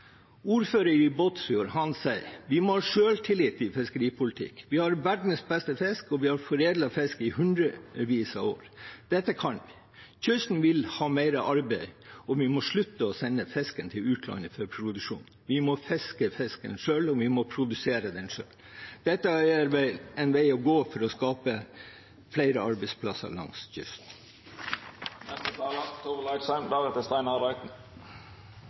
i Båtsfjord sier at vi må ha selvtillit i fiskeripolitikken. Vi har verdens beste fisk, og vi har foredlet fisk i hundrevis av år. Dette kan vi. Kysten vil ha mer arbeid, og vi må slutte å sende fisken til utlandet for produksjon. Vi må fiske fisken selv, og vi må produsere den selv. Det er en vei å gå for å skape flere arbeidsplasser langs kysten.